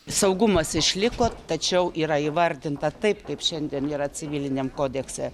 saugumas išliko tačiau yra įvardinta taip kaip šiandien yra civiliniam kodekse